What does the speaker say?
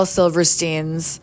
Silverstein's